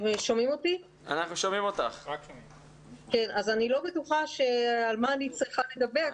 אני לא בטוחה על מה אני צריכה לדבר,